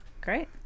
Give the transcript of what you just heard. Great